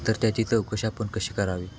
तर त्याची चौकशी आपण कशी करावी